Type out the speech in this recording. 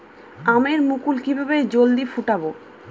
আমের মুকুল কিভাবে জলদি ফুটাব?